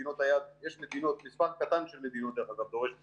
יש מספר קטן של מדינות שדורשות בדיקות,